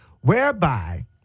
whereby